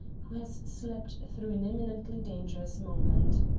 who has slept through an imminently dangerous moment.